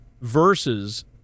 versus